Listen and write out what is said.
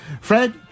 Fred